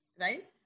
Right